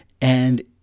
and-